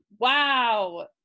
wow